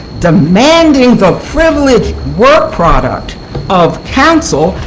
demanding the privileged work product of counsel,